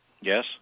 Yes